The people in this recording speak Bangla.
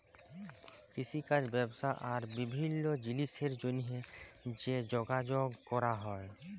কিষিকাজ ব্যবসা আর বিভিল্ল্য জিলিসের জ্যনহে যে যগাযগ ক্যরা হ্যয়